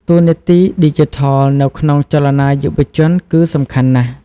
តួនាទីឌីជីថលនៅក្នុងចលនាយុវជនគឺសំខាន់ណាស់។